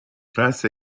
class